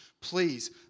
Please